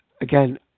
Again